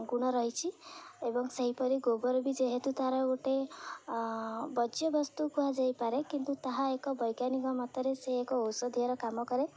ଗୁଣ ରହିଛିି ଏବଂ ସେହିପରି ଗୋବର ବି ଯେହେତୁ ତା'ର ଗୋଟେ ବର୍ଜ୍ୟବସ୍ତୁ କୁହାଯାଇପାରେ କିନ୍ତୁ ତାହା ଏକ ବୈଜ୍ଞାନିକ ମତରେ ସେ ଏକ ଔଷଧିୟର କାମ କରେ